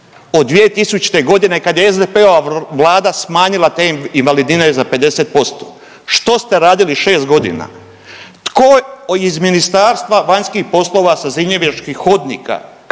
od 2000.g. kad je SDP-ova vlada smanjila te invalidnine za 50%, što ste radili 6.g., tko iz Ministarstva vanjskih poslova sa zrinjevačkih hodnika,